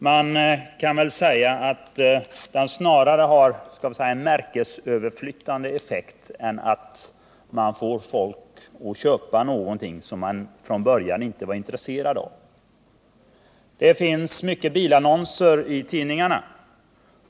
Man kan väl säga att den snarare har en märkesöverflyttande effekt än får människor att köpa någonting som de från början inte var intresserade av. Det finns mycket bilannonser i tidningarna.